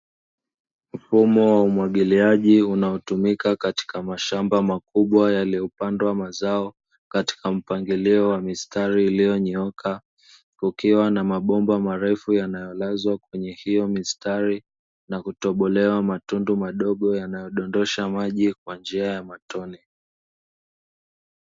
Mfumo wa umwagiliaji unaotumika katika mashamba makubwa yaliyopandwa mazao, katika mpangilio wa mistari iliyonyooka. Kukiwa na mabomba marefu yanayolazwa kwenye hiyo mistari, na kutobolewa matundu madogo yanayodondosha maji kwa njia ya matone.